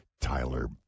Tyler